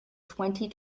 twenty